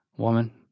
woman